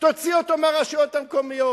תוציא אותו מהרשויות המקומיות.